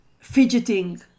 fidgeting